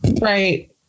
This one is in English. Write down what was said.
Right